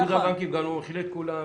איגוד הבנקים גם לא מכיל את כולם.